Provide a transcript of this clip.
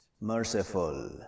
merciful